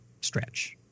stretch